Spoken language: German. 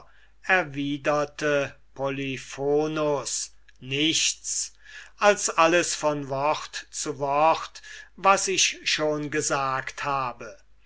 polyphonus nichts als alles von wort zu wort was ich schon gesagt habe